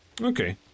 Okay